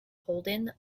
holden